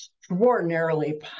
Extraordinarily